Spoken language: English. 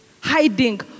Hiding